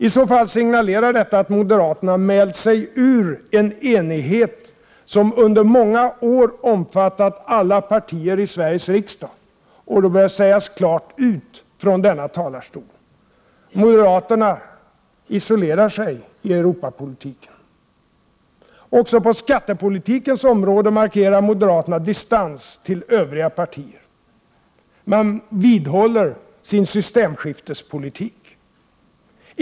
I så fall signalerar detta att moderaterna mält sig ur en enighet som under många år har omfattat alla partier i Sveriges riksdag och då bör det också sägas klart ut från denna talarstol. Moderaterna isolerar sig i Europapolitiken. Också på skattepolitikens område markerar moderaterna distans till övriga partier. Man vidhåller sin systemskiftespolitik.